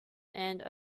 and